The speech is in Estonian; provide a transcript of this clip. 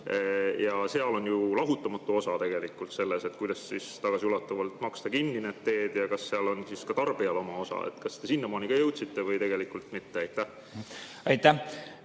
Ja seal on lahutamatu küsimus tegelikult, kuidas siis tagasiulatuvalt maksta kinni need teed, kas seal on ka tarbijal oma osa. Kas te sinnamaani ka jõudsite või tegelikult mitte? Aitäh!